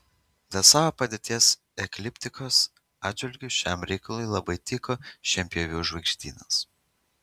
dėl savo padėties ekliptikos atžvilgiu šiam reikalui labai tiko šienpjovių žvaigždynas